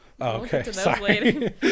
okay